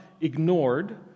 ignored